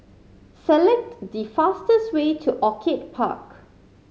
select the fastest way to Orchid Park